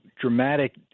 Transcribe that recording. dramatic